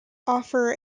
offer